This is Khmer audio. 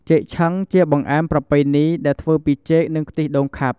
ចេកឆឹង ជាបង្អែមប្រពៃណីដែលធ្វើពី ចេក និងខ្ទិះដូងខាប់។